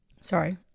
Sorry